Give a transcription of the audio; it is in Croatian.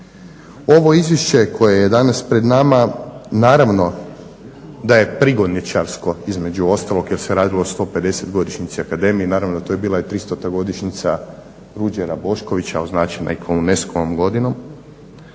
Ovo Izvješće koje je danas pred nama naravno da je prigodničarsko između ostalog jer se radilo o 150 godišnjici Akademije. Naravno to je bila i tristota godišnjica Ruđera Boškovića označena i kao UNESCO-vom godinom.